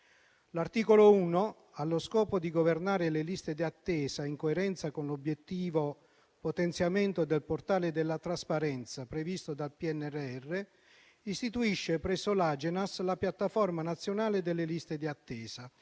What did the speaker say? L'articolo 1, allo scopo di governare le liste di attesa, in coerenza con l'obiettivo «potenziamento del portale della trasparenza» previsto dal PNRR, istituisce presso l'Agenas la piattaforma nazionale delle liste di attesa,